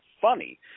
funny